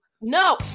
No